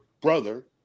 brother